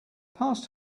passed